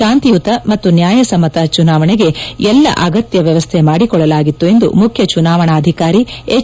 ಶಾಂತಿಯುತ ಮತ್ತು ನ್ಯಾಯಸಮ್ನತ ಚುನಾವಣೆಗೆ ಎಲ್ಲಾ ಅಗತ್ಯ ವ್ಲವಸ್ಥೆ ಮಾಡಿಕೊಳ್ಳಲಾಗಿತ್ತು ಎಂದು ಮುಖ್ಯ ಚುನಾವಣಾಧಿಕಾರಿ ಎಚ್